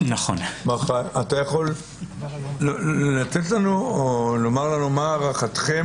אתה יכול לומר לנו מה הערכתם